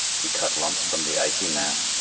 we cut lumps from the icy mass,